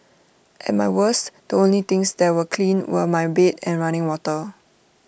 at my worst the only things that were clean were my bed and running water